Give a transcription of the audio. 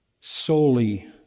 solely